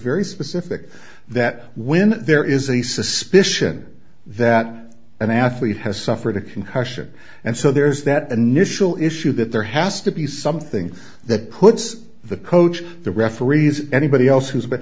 very specific that when there is a suspicion that an athlete has suffered a concussion and so there's that initial issue that there has to be something that puts the coach the referees anybody else who's b